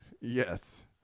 Yes